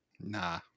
Nah